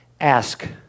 ask